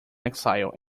exile